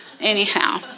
anyhow